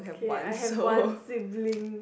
K I have one sibling